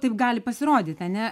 taip gali pasirodyt ane